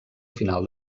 final